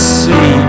see